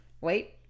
Wait